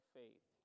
faith